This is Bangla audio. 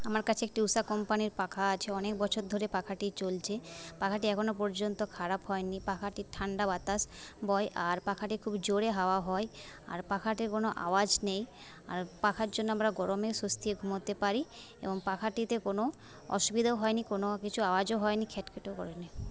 আমার কাছে একটি ঊষা কোম্পানির পাখা আছে অনেক বছর ধরে পাখাটি চলছে পাখাটি এখনও পর্যন্ত খারাপ হয়নি পাখাটির ঠান্ডা বাতাস বয় আর পাখাটি খুব জোরে হাওয়া হয় আর পাখাটির কোনো আওয়াজ নেই আর পাখার জন্য আমরা গরমে স্বস্তিতে ঘুমোতে পারি এবং পাখাটিতে কোনো অসুবিধাও হয় নি কোনো কিছু আওয়াজও হয় নি খ্যাট খ্যাটও করেনি